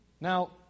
now